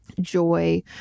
joy